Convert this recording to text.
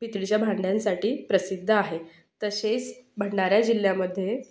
पितळेच्या भांड्यांसाठी प्रसिद्ध आहे तसेच भंडारा जिल्ह्यामध्ये